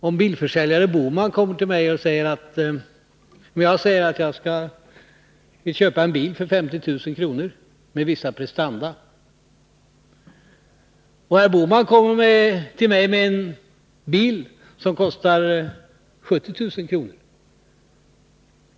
Om jag säger till bilförsäljaren Bohman att jag vill köpa en bil för 50 000 kr. med vissa prestanda, och herr Bohman kommer till mig med en bil som kostar 70 000 kr.